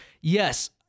yes